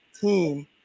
team